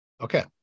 Okay